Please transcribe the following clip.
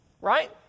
right